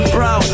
Bro